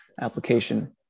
Application